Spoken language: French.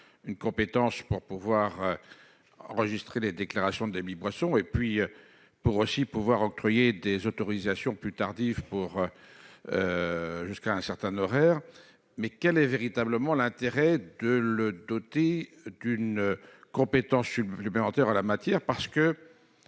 une compétence pour pouvoir enregistrer les déclarations des mi-boissons et puis pour aussi pouvoir octroyer des autorisations plus tardif pour jusqu'à un certain horaire mais quel est véritablement l'intérêt de le doter d'une compétence lui présentera la matière